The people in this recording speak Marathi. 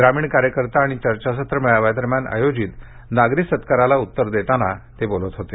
ग्रामीण कार्यकर्ता आणि चर्चासत्र मेळाव्यादरम्यान आयोजित नागरी सत्काराला उतर देताना वडेट्टीवार बोलत होते